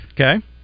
Okay